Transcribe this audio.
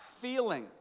feeling